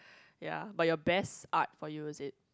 ya but your best art for you is it